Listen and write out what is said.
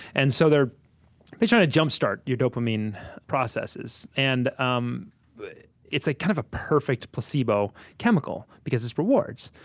and so they're trying to jumpstart your dopamine processes. and um it's kind of a perfect placebo chemical, because it's rewards.